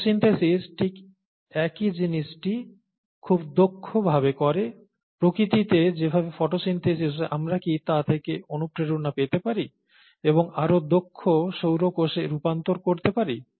photosynthesis ঠিক একই জিনিসটি খুব দক্ষ ভাবে করে প্রকৃতিতে যেভাবে ফটোসিন্থেসিস হয় আমরা কি তা থেকে অনুপ্রেরণা পেতে পারি এবং আরও দক্ষ সৌরকোষে রূপান্তর করতে পারি